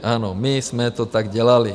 Ano, my jsme to tak dělali.